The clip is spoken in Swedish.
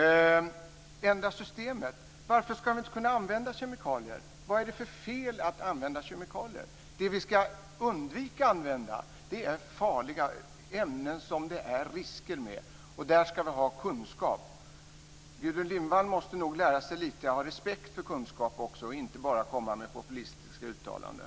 Vad gäller kravet på ändring av systemet undrar jag varför vi inte ska kunna använda kemikalier. Vad är det för fel med att använda kemikalier? Det som vi ska undvika att använda är ämnen som är förenade med risker. Om dem ska vi ha kunskap. Gudrun Lindvall måste nog också lära sig att ha lite respekt för kunskap och inte bara göra populistiska uttalanden.